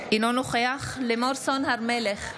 אינו נוכח לימור סון הר מלך,